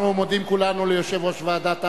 אנחנו מודים כולנו ליושב-ראש ועדת העבודה,